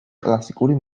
კლასიკური